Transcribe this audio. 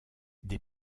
des